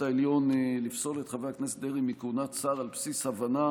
העליון לפסול את חבר הכנסת דרעי מכהונת שר על בסיס הבנה,